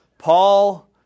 Paul